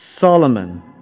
Solomon